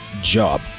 job